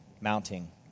mounting